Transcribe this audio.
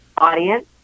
audience